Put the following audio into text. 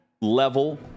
level